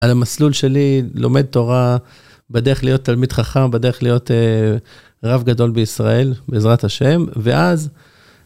על המסלול שלי, לומד תורה, בדרך להיות תלמיד חכם, בדרך להיות רב גדול בישראל בעזרת השם, ואז